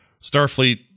Starfleet